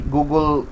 Google